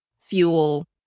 fuel